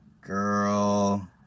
Girl